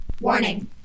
Warning